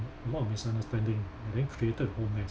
lot of misunderstanding and then created a whole mess